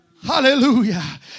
Hallelujah